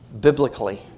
biblically